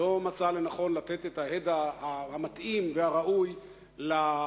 לא מצא לנכון לתת את ההד המתאים והראוי לזכר